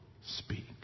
speak